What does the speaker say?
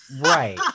right